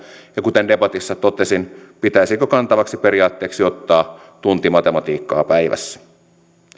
ja kuten debatissa totesin pitäisikö kantavaksi periaatteeksi ottaa tunti matematiikkaa päivässä